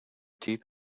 teeth